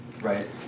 right